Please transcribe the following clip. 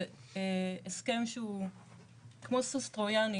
זה הסכם שהוא כמו סוס טרויאני